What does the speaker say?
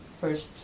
first